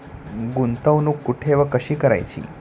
गुंतवणूक कुठे व कशी करायची?